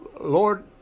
Lord